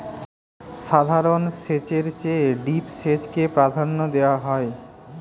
সাধারণ সেচের চেয়ে ড্রিপ সেচকে প্রাধান্য দেওয়া হয়